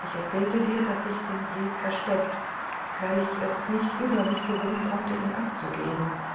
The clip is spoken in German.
ich erzählte dir daß ich den brief versteckt weil ich es nicht über mich gewinnen konnte ihn abzugeben